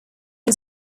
was